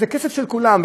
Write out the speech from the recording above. זה כסף של כולם,